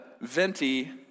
Venti